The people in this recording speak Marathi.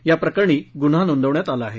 याप्रकरणी गुन्हा नोंदवण्यात आला आहे